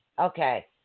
Okay